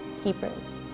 keepers